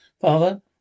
Father